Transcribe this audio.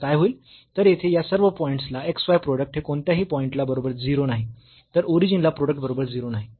तरयेथे या सर्व पॉईंट्स ला x y प्रोडक्ट हे कोणत्याही पॉईंट ला बरोबर 0 नाही नंतर ओरिजिनला प्रोडक्ट बरोबर 0 नाही